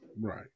Right